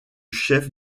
chef